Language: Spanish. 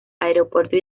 aeropuerto